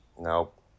Nope